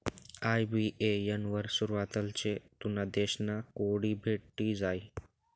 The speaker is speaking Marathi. आय.बी.ए.एन वर सुरवातलेच तुना देश ना कोड भेटी जायी